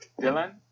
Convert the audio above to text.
Dylan